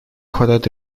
хватает